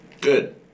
Good